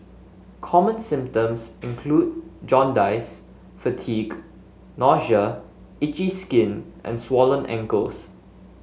common symptoms include jaundice fatigue nausea itchy skin and swollen ankles